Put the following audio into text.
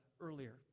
earlier